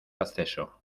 acceso